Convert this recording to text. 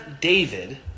David